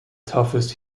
toughest